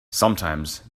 sometimes